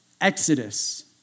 Exodus